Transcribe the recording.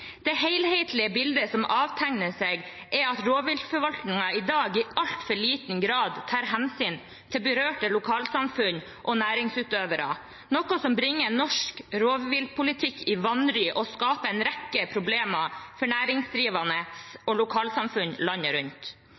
Det helhetlige bildet som avtegner seg, er at rovviltforvaltningen i dag i alt for liten grad tar hensyn til berørte lokalsamfunn og næringsutøvere, noe som bringer norsk rovviltpolitikk i vanry og skaper en rekke problemer for næringsdrivende og lokalsamfunn landet rundt.